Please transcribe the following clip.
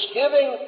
giving